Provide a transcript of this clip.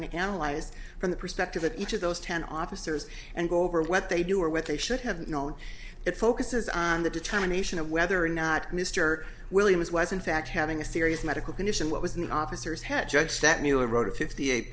and analyzed from the perspective of each of those ten officers and over what they do or what they should have known it focuses on the determination of whether or not mr williams was in fact having a serious medical condition what was in the officers head judge that mueller wrote a fifty eight